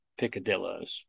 picadillos